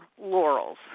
laurels